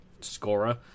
scorer